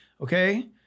okay